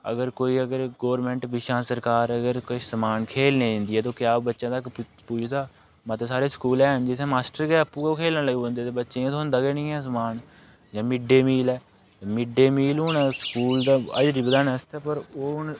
अगर कोई अगर गौरमेंट पिच्छां सरकार अगर किश समान खेल्लनें ई दिंदी ऐ ते ओह् क्या बच्चें तक पुजदा मते सारे स्कूल हैन जि'त्थें माश्टर गै आपूं गै खेल्लन लग्गी पौंदे ते बच्चें गी थ्होंदा गै निं ऐ समान जि'यां मिड डे मील ऐ मिड डे मील हून स्कूल हाजरी बधाने आस्तै बा ओह्